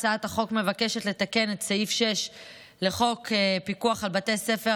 הצעת החוק מבקשת לתקן את סעיף 6 לחוק פיקוח על בתי ספר,